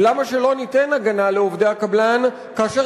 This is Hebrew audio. ולמה שלא ניתן הגנה לעובדי הקבלן כאשר